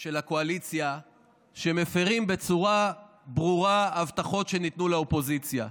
של הקואליציה שמפירים בצורה ברורה הבטחות שניתנו לאופוזיציה.